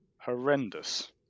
horrendous